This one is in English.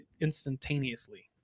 Instantaneously